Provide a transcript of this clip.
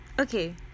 Okay